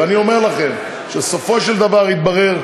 ואני אומר לכם שבסופו של דבר יתברר,